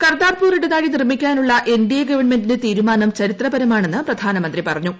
കർതാർപൂർ ഇടനാഴി നിർമ്മിക്കാനുള്ള N D A ഗവൺമെന്റിന്റെ തീരുമാനം ചരിത്രപരമാണെന്ന് പ്രധാനമന്ത്രി പറഞ്ഞു